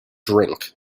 drink